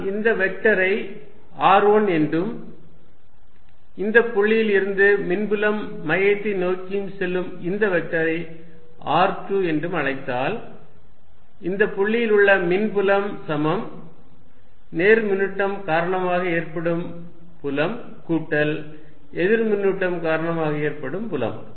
நான் இந்த வெக்டரை r1 என்றும் இந்த புள்ளியில் இருந்து மின்புலம் மையத்தை நோக்கி செல்லும் இந்த வெக்டரை r2 என்றும் அழைத்தால் இந்த புள்ளியில் உள்ள மின்புலம் சமம் நேர்மின்னூட்டம் காரணமாக ஏற்படும் புலம் கூட்டல் எதிர்மின்னூட்டம் காரணமாக ஏற்படும் புலம்